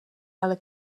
ale